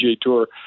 Tour